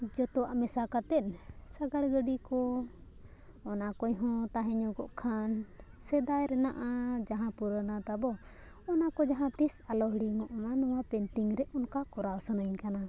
ᱡᱚᱛᱚᱣᱟᱜ ᱢᱮᱥᱟ ᱠᱟᱛᱮᱫ ᱥᱟᱜᱟᱲ ᱜᱟᱹᱰᱤ ᱠᱚ ᱚᱱᱟ ᱠᱚᱦᱚᱸ ᱛᱟᱦᱮᱸ ᱧᱚᱜᱚᱜ ᱠᱷᱟᱱ ᱥᱮᱫᱟᱭ ᱨᱮᱱᱟᱜ ᱡᱟᱦᱟᱸ ᱯᱩᱨᱟᱱᱟ ᱛᱟᱵᱚ ᱚᱱᱟ ᱠᱚ ᱡᱟᱦᱟᱸ ᱛᱤᱥ ᱟᱞᱚ ᱦᱤᱲᱤᱧᱚᱜ ᱢᱟ ᱱᱚᱣᱟ ᱯᱮᱱᱴᱤᱝ ᱨᱮ ᱚᱱᱠᱟ ᱠᱚᱨᱟᱣ ᱥᱟᱱᱟᱧ ᱠᱟᱱᱟ